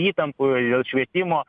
įtampų į dėl švietimo